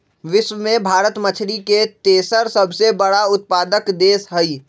विश्व में भारत मछरी के तेसर सबसे बड़ उत्पादक देश हई